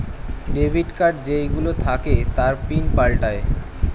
debit card যেই গুলো থাকে তার পিন পাল্টায়ে